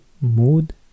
Mood